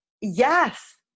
yes